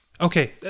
Okay